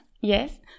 Yes